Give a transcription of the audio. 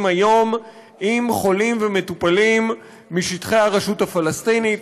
היום עם חולים ומטופלים משטחי הרשות הפלסטינית,